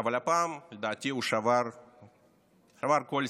אבל הפעם לדעתי הוא שבר כל שיא.